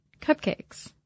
cupcakes